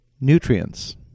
nutrients